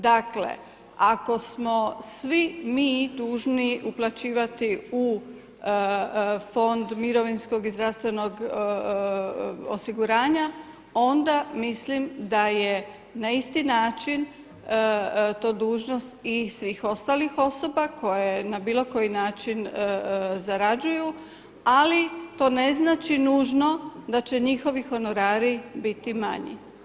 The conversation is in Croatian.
Dakle ako smo svi mi dužni uplaćivati u Fond mirovinskog i zdravstvenog osiguranja onda mislim da je na isti način to dužnost i svih ostalih osoba koje na bilo koji način zarađuju, ali to ne znači nužno da će njihovi honorari biti manji.